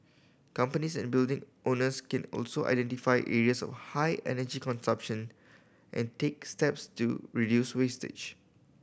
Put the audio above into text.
companies and building owners can also identify areas of high energy consumption and take steps to reduce usage